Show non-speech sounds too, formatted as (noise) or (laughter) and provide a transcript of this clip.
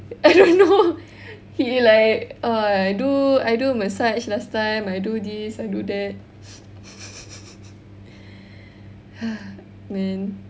I don't know (laughs) he like uh I do I do massage last time I do this I do that (laughs) (breath) man